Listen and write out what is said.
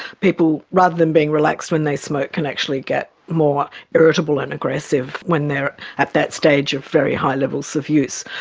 people, rather than being relaxed when they smoke can actually get more irritable and aggressive when they are at that stage of very high levels of use.